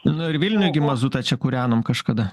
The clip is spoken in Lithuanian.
nu ir vilniuj gi mazutą čia kūrenom kažkada